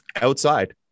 outside